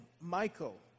Michael